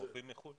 רופאים מחו"ל.